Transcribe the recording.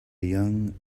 young